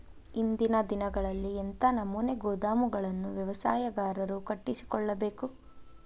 ಇಂದಿನ ದಿನಗಳಲ್ಲಿ ಎಂಥ ನಮೂನೆ ಗೋದಾಮುಗಳನ್ನು ವ್ಯವಸಾಯಗಾರರು ಕಟ್ಟಿಸಿಕೊಳ್ಳಬೇಕು?